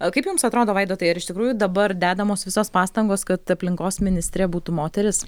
o kaip jums atrodo vaidotai ar iš tikrųjų dabar dedamos visos pastangos kad aplinkos ministre būtų moteris